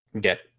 get